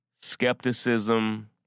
skepticism